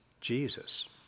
Jesus